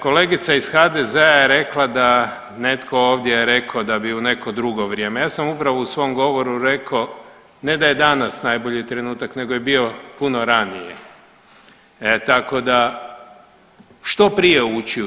Kolegica iz HDZ-a je rekla da netko ovdje je rekao da bi u neko drugo vrijeme, ja sam upravo u svom govoru reko, ne da je danas najbolji trenutak nego je bio puno ranije, tako da što prije ući u taj euro.